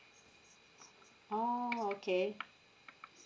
oh okay